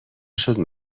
شده